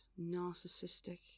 narcissistic